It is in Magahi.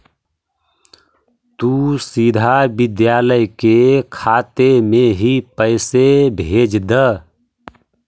तु सीधा विद्यालय के खाते में ही पैसे भेज द